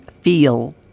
feel